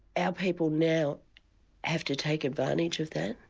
ah people now have to take advantage of that,